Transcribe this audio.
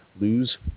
lose